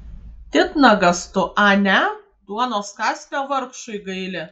titnagas tu ane duonos kąsnio vargšui gaili